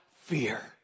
fear